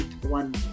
one